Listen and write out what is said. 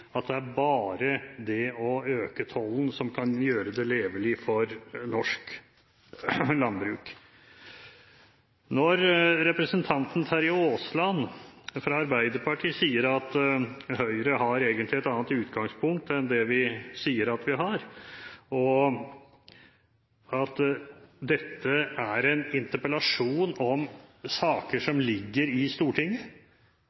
det er slik at det bare er ved å øke tollen at man kan gjøre det levelig for norsk landbruk. Representanten Terje Aasland fra Arbeiderpartiet sier at Høyre egentlig har et annet utgangspunkt enn det vi sier at vi har, og at dette er en interpellasjon om saker